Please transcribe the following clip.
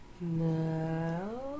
No